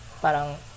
parang